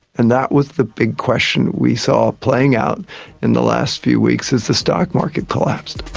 and that was the big question we saw playing out in the last few weeks as the stock market collapsed.